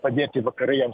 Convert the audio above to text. padėti vakarai jiems